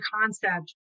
concept